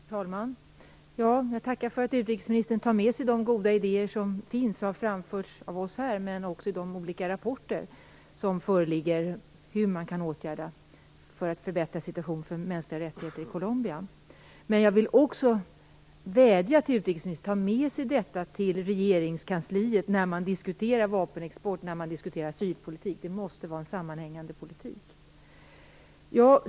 Herr talman! Jag tackar för att utrikesministern tar med sig de goda idéer som finns och har framförts av oss här och i de olika rapporter som föreligger om vilka åtgärder man kan vidta för att förbättra situationen för de mänskliga rättigheterna i Colombia. Men jag vill också vädja till utrikesministern att ta med sig detta till regeringskansliet när man diskuterar vapenexport och asylpolitik. Det måste vara en sammanhängande politik.